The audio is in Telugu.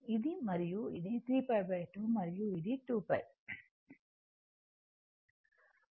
3π 2 మరియు ఇది 2π